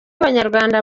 abanyarwanda